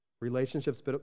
Relationships